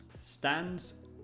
Stands